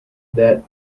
that